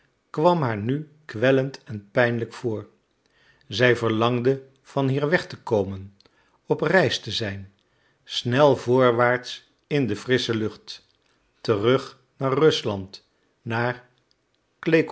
kwam haar nu kwellend en pijnlijk voor zij verlangde van hier weg te komen op reis te zijn snel voorwaarts in de frissche lucht terug naar rusland naar